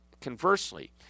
conversely